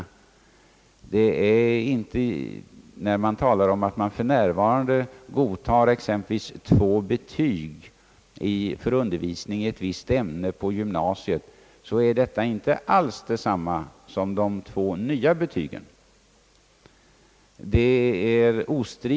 Om det i ett visst ämne för undervisning på gymnasiet för närvarande fordras exempelvis 2 betyg, är detta inte alls detsamma som 2 av de nya betygen.